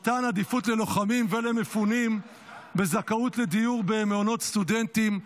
(מתן עדיפות ללוחמים ולמפונים בזכאות לדיור במעונות סטודנטים),